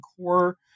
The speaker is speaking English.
Core